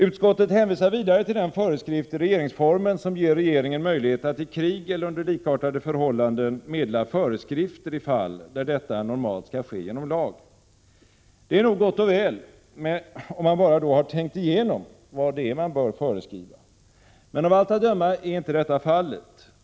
Utskottet hänvisar vidare till den föreskrift i regeringsformen som ger regeringen möjlighet att i krig eller under likartade förhållanden meddela föreskrifter i fall där detta normalt skall ske genom lag. Detta är nog gott och väl, om man bara har tänkt igenom vad som bör föreskrivas. Men av allt att döma är så inte fallet.